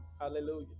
hallelujah